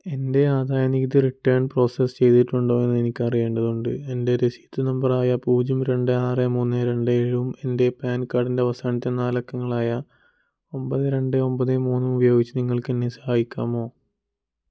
എൻ്റെ ആദായനികുതി return process ചെയ്തിട്ടുണ്ടോ എന്ന് എനിക്ക് അറിയേണ്ടതുണ്ട് എൻ്റെ രസീത് നമ്പറായ പൂജ്യം രണ്ട് ആറ് മൂന്ന് രണ്ട് ഏഴും എൻ്റെ പാൻ കാർഡിൻ്റെ അവസാനത്തെ നാലക്കങ്ങളായ ഒമ്പത് രണ്ട് ഒമ്പത് മൂന്നും ഉപയോഗിച്ച് നിങ്ങൾക്കെന്നെ സഹായിക്കാമോ